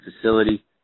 facility